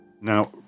Now